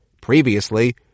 Previously